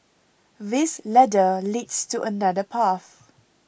this ladder leads to another path